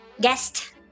guest